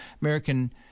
American